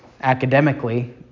academically